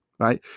right